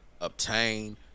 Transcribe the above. obtain